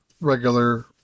regular